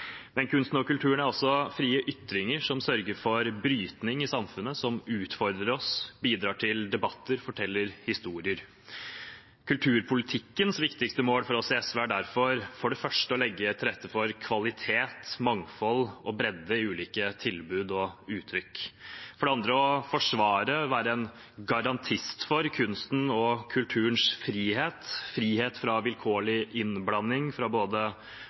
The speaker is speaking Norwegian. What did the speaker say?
Men kunsten og kulturen er også frie ytringer som sørger for brytning i samfunnet, som utfordrer oss, bidrar til debatter og forteller historier. Kulturpolitikkens viktigste mål for oss i SV er derfor for det første å legge til rette for kvalitet, mangfold og bredde i ulike tilbud og uttrykk, for det andre å forsvare og være en garantist for kunsten og kulturens frihet – frihet fra vilkårlig innblanding fra både